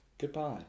Goodbye